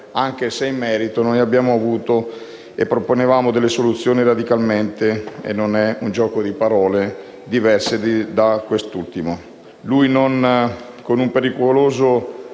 anche se in merito abbiamo avuto e proponevamo delle soluzioni radicalmente - non è un giorno di parole - diverse da questi: lui con un pericoloso